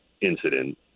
incident